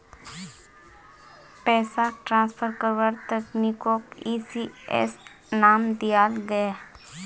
पैसाक ट्रान्सफर कारवार तकनीकोक ई.सी.एस नाम दियाल गहिये